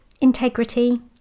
integrity